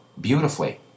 beautifully